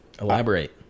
Elaborate